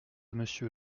monsieur